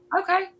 okay